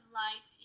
light